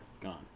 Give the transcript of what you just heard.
Gone